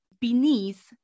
beneath